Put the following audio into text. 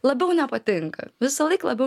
labiau nepatinka visąlaik labiau